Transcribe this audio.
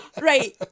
Right